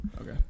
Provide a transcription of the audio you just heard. Okay